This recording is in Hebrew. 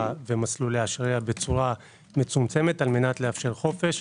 ומסלולי השריע בצורה מצומצמת כדי לאפשר חופש.